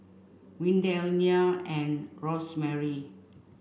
Windell Nya and Rosemary